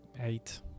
eight